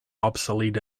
obsolete